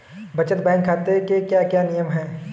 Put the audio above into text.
बचत बैंक खाते के क्या क्या नियम हैं?